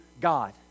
God